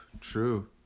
true